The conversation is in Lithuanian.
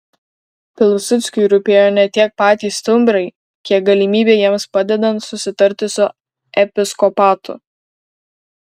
pilsudskiui rūpėjo ne tiek patys stumbrai kiek galimybė jiems padedant susitarti su episkopatu